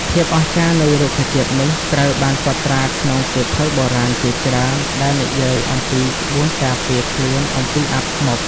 ភាពអស្ចារ្យនៃរុក្ខជាតិនេះត្រូវបានកត់ត្រាក្នុងសៀវភៅបុរាណជាច្រើនដែលនិយាយអំពីក្បួនការពារខ្លួនពីអំពើអាបធ្មប់។